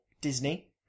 Disney